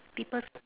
people s~